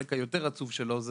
החלק היותר עצוב שלו הוא